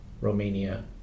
Romania